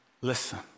Listen